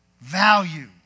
value